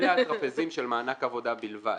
אלה הטרפזים של מענק עבודה בלבד.